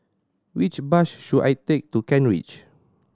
which bus should I take to Kent Ridge